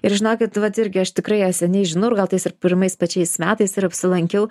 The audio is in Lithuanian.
ir žinokit vat irgi aš tikrai ją seniai žinau ir gal tais ir pirmais pačiais metais ir apsilankiau